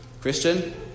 Christian